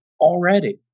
already